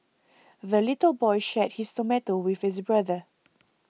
the little boy shared his tomato with his brother